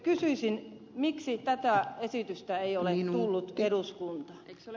kysyisin miksi tätä esitystä ei ole tullut eduskuntaan